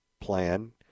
plan